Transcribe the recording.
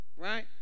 right